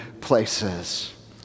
places